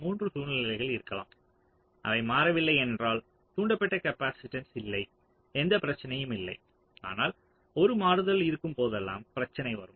3 சூழ்நிலைகள் இருக்கலாம் அவை மாறவில்லை என்றால் தூண்டப்பட்ட காப்பாசிட்டன்ஸ் இல்லை எந்த பிரச்சனையும் இல்லை ஆனால் ஒரு மாறுதல் இருக்கும் போதெல்லாம் பிரச்சினை வரும்